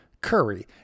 Curry